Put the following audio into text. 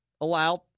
allowed